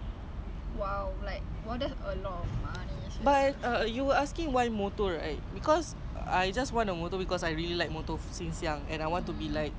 is not because like nak ikut orang like firstly memang nak ikut orang tapi because I ikut tu pasal semakin minat you know